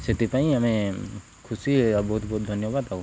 ସେଥିପାଇଁ ଆମେ ଖୁସି ଆଉ ବହୁତ ବହୁତ ଧନ୍ୟବାଦ ଆଉ